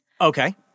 Okay